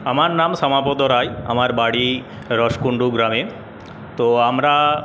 আমার নাম শ্যামাপদ রাই আমার বাড়ি রসকুণ্ডু গ্রামে তো আমরা